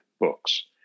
books